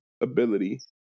ability